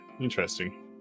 Interesting